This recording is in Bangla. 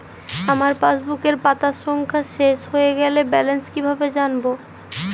আমার পাসবুকের পাতা সংখ্যা শেষ হয়ে গেলে ব্যালেন্স কীভাবে জানব?